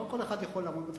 ולא כל אחד יכול לעמוד בתחרות.